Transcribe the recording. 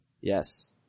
Yes